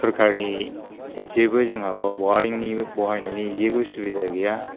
सरकारनि जेबो जोंहा बेयाव बवारिंनि बहायनायनि जेबो सुबिदा गैया